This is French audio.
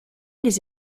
les